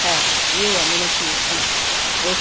हां हां येऊ आम्ही नक्की येऊ हां ओके